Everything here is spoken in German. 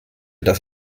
das